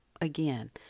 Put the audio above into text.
Again